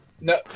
no